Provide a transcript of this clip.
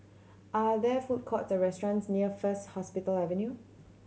are there food courts or restaurants near First Hospital Avenue